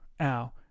ow